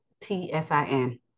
T-S-I-N